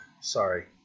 Sorry